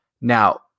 Now